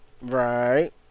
Right